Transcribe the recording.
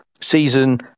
season